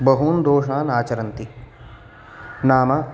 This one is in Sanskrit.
बहून् दोषान् आचरन्ति नाम